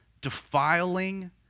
defiling